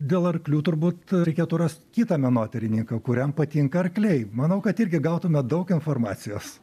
dėl arklių turbūt reikėtų rast kitą menotyrininką kuriam patinka arkliai manau kad irgi gautume daug informacijos